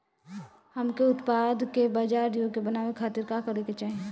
हमके उत्पाद के बाजार योग्य बनावे खातिर का करे के चाहीं?